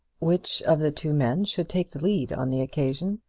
which of the two men should take the lead on the occasion?